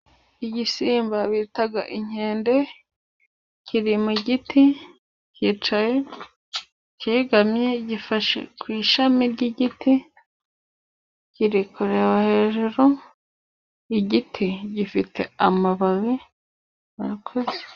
Igisimba bitaga inkende, kiri mu giti, kicaye cyegamye gifashe ku ishami ry'igiti, kiri kureba hejuru, igiti gifite amababi, murakoze.